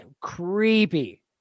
creepy